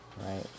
Right